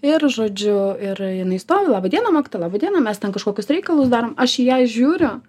ir žodžiu ir jinai stovi laba diena mokytoja laba diena mes ten kažkokius reikalus darom aš į ją žiūriu